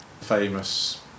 famous